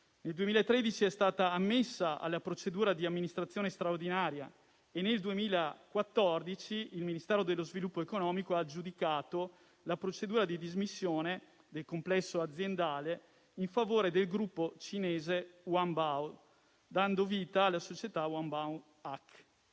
nel 2013 è stata ammessa alla procedura di amministrazione straordinaria; nel 2014, il Ministero dello sviluppo economico ha aggiudicato la procedura di dismissione del complesso aziendale in favore del gruppo cinese Wanbao, dando vita alla società Wanbao-ACC;